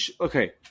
okay